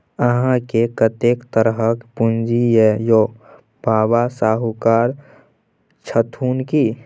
अहाँकेँ कतेक तरहक पूंजी यै यौ? बाबा शाहुकार छथुन की?